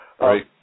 Right